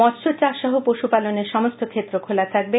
মৎস্য চাষ সহ পশু পালনের সমস্ত ক্ষেত্র খোলা খাকবে